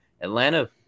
Atlanta